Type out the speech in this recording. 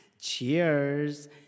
Cheers